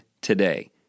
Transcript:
Today